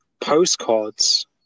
postcards